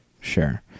sure